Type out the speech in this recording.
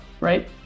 right